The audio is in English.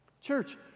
Church